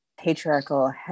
patriarchal